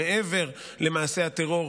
מעבר למעשי הטרור,